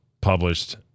published